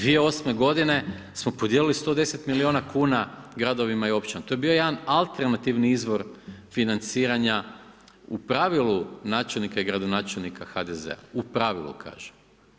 2008. godine smo podijelili 110 milijuna kuna gradovima i općinama, to je bio jedan alternativni izvor financiranja u pravilu načelnika i gradonačelnika HDZ-a, u pravilu kažem.